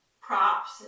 props